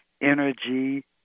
energy